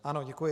Ano, děkuji.